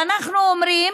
ואנחנו אומרים,